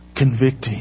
convicting